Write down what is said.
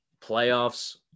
playoffs